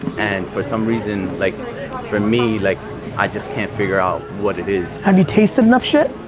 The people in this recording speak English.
and for some reason like for me, like i just can't figure out what it is. have you tasted enough shit?